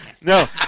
No